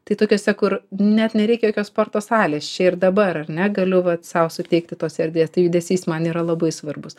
tai tokiose kur net nereikia jokios sporto salės čia ir dabar ar ne galiu vat sau suteikti tos erdvės tai judesys man yra labai svarbus